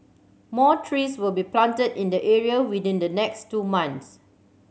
more trees will be planted in the area within the next two months